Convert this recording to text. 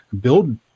build